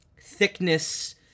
thickness